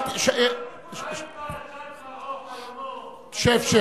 מה עם פרשת פרעה, חלומו, שב.